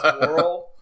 world